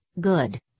good